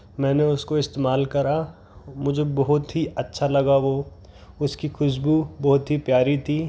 मैंने उसको इस्तेमाल करा मुझे बहुत ही अच्छा लगा वो उसकी खुश्बू बहुत ही प्यारी थी